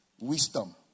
wisdom